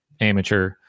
amateur